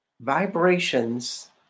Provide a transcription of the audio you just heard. vibrations